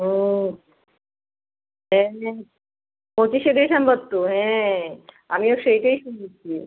হুম পঁচিশে ডিসেম্বর তো হ্যাঁ আমিও সেইটাই শুনেছি